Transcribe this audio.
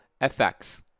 FX